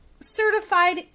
certified